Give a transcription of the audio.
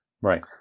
Right